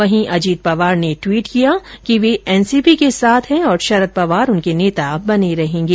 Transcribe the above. वहीं अजित पवार ने ट्वीट किया कि वे एनसीपी के साथ हैं और शरद पवार उनके नेता बने रहेंगे